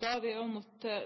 Da er vi